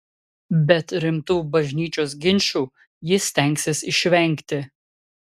bet rimtų bažnyčios ginčų ji stengsis išvengti